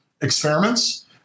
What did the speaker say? experiments